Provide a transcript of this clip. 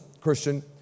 Christian